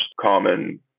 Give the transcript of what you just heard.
common